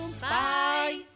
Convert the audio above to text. Bye